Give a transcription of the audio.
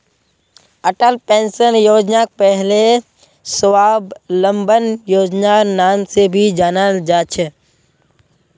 Atal pension योजनाक पहले स्वाबलंबन योजनार नाम से भी जाना जा छे